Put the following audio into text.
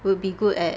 would be good at